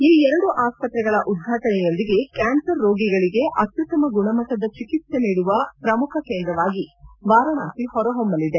ಈ ಎರಡು ಆಸ್ಪತ್ರೆಗಳ ಉದ್ವಾಟನೆಯೊಂದಿಗೆ ಕ್ಲಾನ್ಸರ್ ರೋಗಿಗಳಿಗೆ ಅತ್ಸುತ್ತಮ ಗುಣಮಟ್ಟದ ಚಿಕಿತ್ತೆ ನೀಡುವ ಪ್ರಮುಖ ಕೇಂದ್ರವಾಗಿ ವಾರಾಣಸಿ ಹೊರಹೊಮ್ಖಲಿದೆ